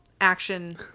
action